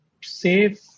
save